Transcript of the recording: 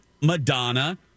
Madonna